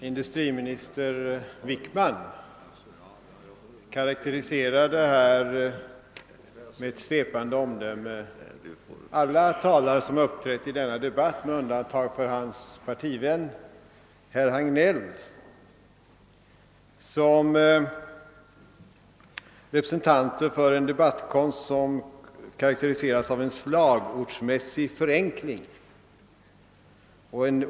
Industriminister Wickman karakteriserade med ett svepande omdöme alla talare som uppträtt i denna: debatt med undantag för partivännen Hagnell som representanter för en debattkonst som präglades av en slagordsmässig och.